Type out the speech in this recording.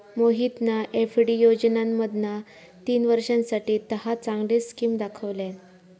मोहितना एफ.डी योजनांमधना तीन वर्षांसाठी दहा चांगले स्किम दाखवल्यान